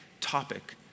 topic